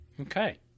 Okay